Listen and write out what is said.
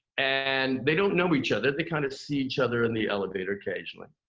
and they don't know each other. they kind of see each other in the elevator occasionally.